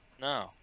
No